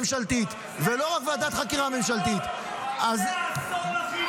ממלכתית היא באופן מובהק הכלי המשפטי הייעודי